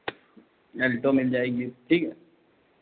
Alto मिल जाएगी ठीक है